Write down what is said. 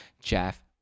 Jeff